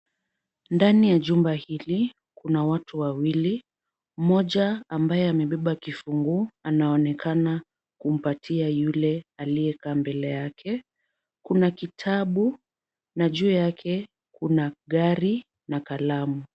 Ndani ya jumba hili kuna watu wawili. Mmoja ambaye amebeba kifunguo anaonekana kumpatia yule aliyekaa mbele yake. Kuna kitabu na juu yake kuna gari na kalamu.